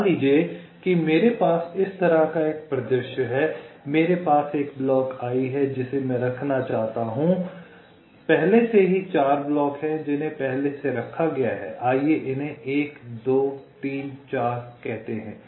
मान लीजिए कि मेरे पास इस तरह का एक परिदृश्य है मेरे पास एक ब्लॉक i है जिसे मैं रखना चाहता हूं पहले से ही चार ब्लॉक हैं जिन्हें पहले से रखा गया है आइए इन्हे 1 2 3 और 4 कहते हैं